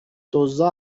دزدا